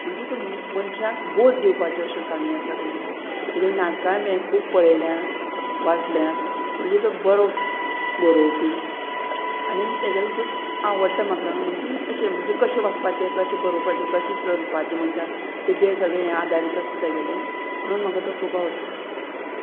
म्हणजे तो मनशाक बौध दिवपाच्यो अश्यो काणयो आसा तेगेल्यो तेगेली नाटकांय बी खूब पळयल्यांत वाचल्यांत म्हणजे तो बरो बरोवपी आनी तेगेले खूब आवडटा म्हाका म्हणजे अशें म्हणजे कशें वागपाचें कशें बरोवपाचें कशें चलपाचें मनशाक तेजेंर सगळें आदारीत आसता तेगेलें म्हणून म्हाका तो खूब आवडटा